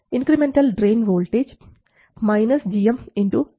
incremental drain source voltage gmRD ║ RL vi